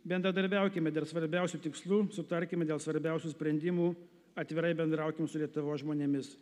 bendradarbiaukime dėr svarbiausių tikslų sutarkime dėl svarbiausių sprendimų atvirai bendraukim su lietuvos žmonėmis